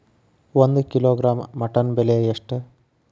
ಒಂದು kilogram mutton ಬೆಲೆ ಎಷ್ಟ್?